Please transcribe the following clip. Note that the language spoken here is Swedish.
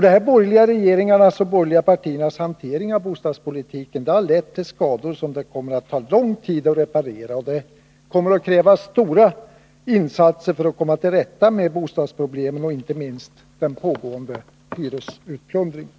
De borgerliga regeringarnas och partiernas hantering av bostadspolitiken harlett till skador som det kommer att ta lång tid att reparera. Det kommer att krävas stora insatser för att vi skall komma till rätta med bostadsproblemen, inte minst den pågående hyresutplundringen.